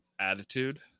attitude